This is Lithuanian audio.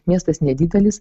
miestas nedidelis